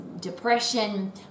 depression